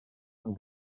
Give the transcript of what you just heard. yng